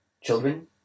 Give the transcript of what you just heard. Children